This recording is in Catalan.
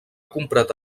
comprat